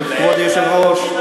כבוד היושב-ראש,